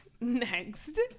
Next